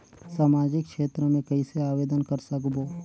समाजिक क्षेत्र मे कइसे आवेदन कर सकबो?